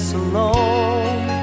alone